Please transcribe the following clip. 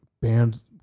bands